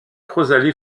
rosalie